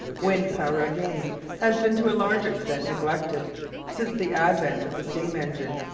wind-power, again, has been to a large extent neglected since the advent of the steam-engine.